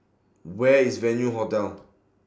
Where IS Venue Hotel